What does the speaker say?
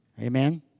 Amen